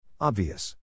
Obvious